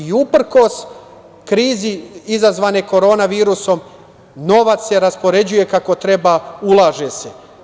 Uprkos krizi izazvanoj korona virusom novac se raspoređuje kako treba, ulaže se.